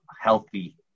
healthy